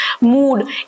mood